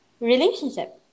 relationship